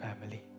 family